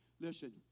listen